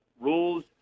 rules